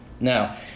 Now